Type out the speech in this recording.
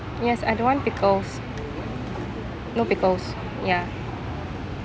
yes I don't want pickles no pickles ya